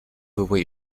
away